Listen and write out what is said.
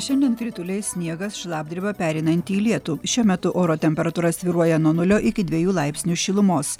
šiandien krituliai sniegas šlapdriba pereinanti į lietų šiuo metu oro temperatūra svyruoja nuo nulio iki dviejų laipsnių šilumos